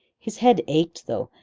his head ached though,